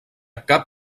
cap